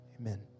amen